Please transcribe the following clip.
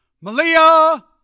Malia